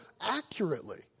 accurately